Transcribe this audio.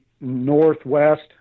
northwest